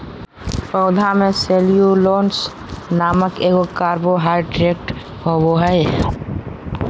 पौधा में सेल्यूलोस नामक एगो कार्बोहाइड्रेट होबो हइ